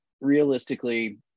realistically